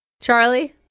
Charlie